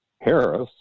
Harris